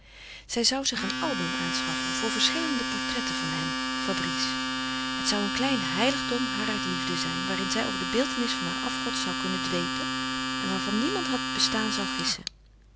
zij zou zich een album aanschaffen voor verschillende portretten van hem fabrice het zou een klein heiligdom harer liefde zijn waarin zij over de beeltenis van haar afgod zou kunnen dwepen en waarvan niemand het bestaan zou gissen